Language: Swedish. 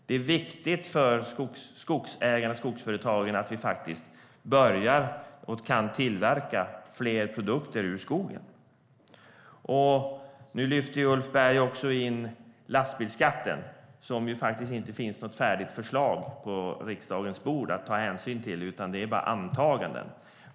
Det är viktigt för skogsägarna och skogsföretagen att vi kan utvinna fler produkter ur skogen. Nu lyfter Ulf Berg in också lastbilsskatten, där det faktiskt inte finns något färdigt förslag på riksdagens bord att ta hänsyn till, utan det är bara antaganden.